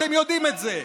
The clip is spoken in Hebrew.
אתם יודעים את זה.